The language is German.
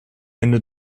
ende